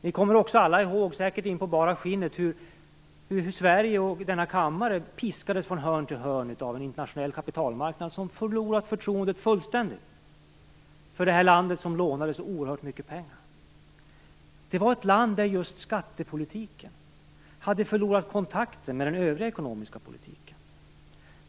Ni kommer också alla ihåg, säkert in på bara skinnet, hur Sverige och denna kammare piskades från hörn till hörn av en internationell kapitalmarknad som fullständigt förlorat förtroendet för det här landet som lånade så oerhört mycket pengar. Det var ett land där just skattepolitiken hade förlorat kontakten med den övriga ekonomiska politiken.